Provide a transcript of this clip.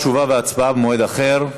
תשובה והצבעה במועד אחר.